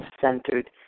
centered